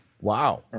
Wow